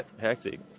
Hectic